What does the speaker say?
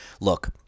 Look